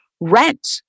rent